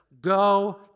go